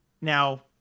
Now